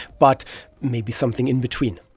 but maybe something in between.